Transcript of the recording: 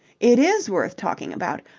it is worth talking about.